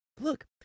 Look